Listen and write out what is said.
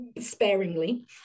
sparingly